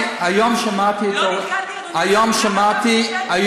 לא נתקלתי, אדוני השר, במשבר כזה.